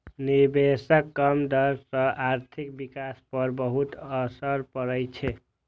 निवेशक कम दर सं आर्थिक विकास पर बहुत असर पड़ै छै